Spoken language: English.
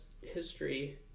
history